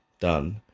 done